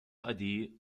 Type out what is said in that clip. idea